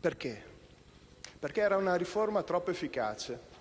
Perché? Perché era una riforma troppo efficace.